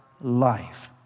life